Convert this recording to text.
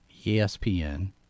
ESPN